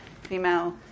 female